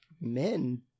men